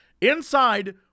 inside